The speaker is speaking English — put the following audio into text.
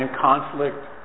conflict